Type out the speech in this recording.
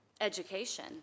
Education